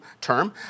term